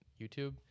YouTube